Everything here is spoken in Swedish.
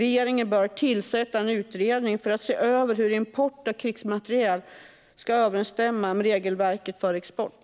Regeringen bör tillsätta en utredning för att se över hur import av krigsmateriel ska ske i överensstämmelse med regelverket för export.